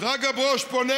שרגא ברוש פונה